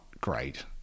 great